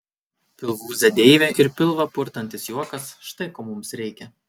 pilvūzė deivė ir pilvą purtantis juokas štai ko mums reikia